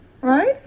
Right